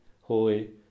holy